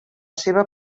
seva